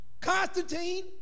Constantine